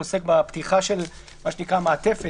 הוא עוסק בפתיחה של מה שנקרא המעטפת,